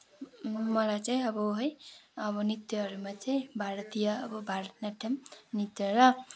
मलाई चाहिँ अब है अब नृत्यहरूमा चाहिँ भारतीय अब भारत नाट्यम नृत्य र